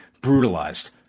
brutalized